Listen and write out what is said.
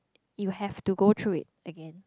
you have to go through it again